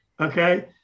okay